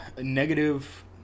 negative